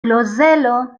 klozelo